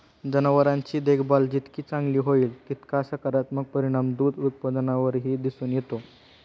जनावरांची देखभाल जितकी चांगली होईल, तितका सकारात्मक परिणाम दूध उत्पादनावरही दिसून येतो